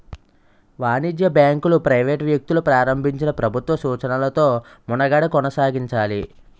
వాణిజ్య బ్యాంకులు ప్రైవేట్ వ్యక్తులు ప్రారంభించినా ప్రభుత్వ సూచనలతో మనుగడ కొనసాగించాలి